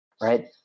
right